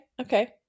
Okay